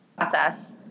process